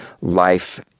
life